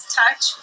touch